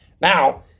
Now